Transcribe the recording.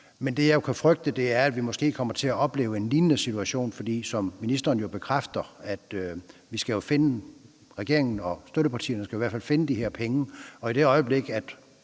Men det, jeg kan frygte, er, at vi måske kommer til at opleve en lignende situation, for som ministeren jo bekræfter, skal regeringen og støttepartierne i hvert fald finde de her penge, og i det øjeblik,